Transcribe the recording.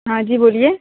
ہاں جی بولیے